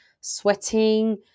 sweating